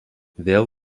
vėl